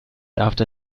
after